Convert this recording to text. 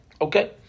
Okay